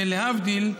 להבדיל,